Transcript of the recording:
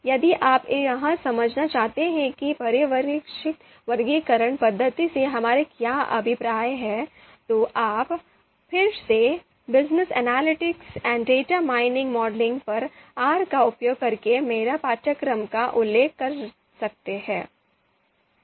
यदि आप यह समझना चाहते हैं कि पर्यवेक्षित वर्गीकरण पद्धति से हमारा क्या अभिप्राय है तो आप फिर से business analytics and data mining modelling पर R का उपयोग करके मेरे पाठ्यक्रम का उल्लेख कर सकते हैं